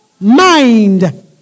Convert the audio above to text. mind